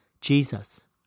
Jesus